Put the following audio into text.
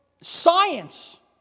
science